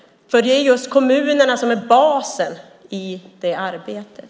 Det är kommunerna som är basen i det arbetet.